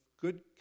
good